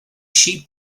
sheep